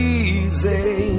easy